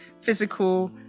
physical